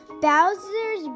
Bowser's